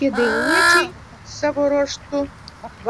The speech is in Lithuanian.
kėdainiečiai savo ruožtu